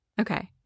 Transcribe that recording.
Okay